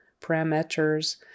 parameters